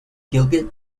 gilgit